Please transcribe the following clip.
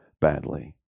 badly